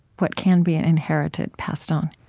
what can be and inherited, passed on?